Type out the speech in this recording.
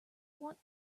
want